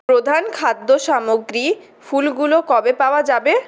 প্রধান খাদ্য সামগ্রী ফুল গুলো কবে পাওয়া যাবে